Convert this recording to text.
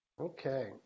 Okay